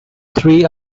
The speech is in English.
three